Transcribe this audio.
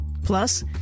Plus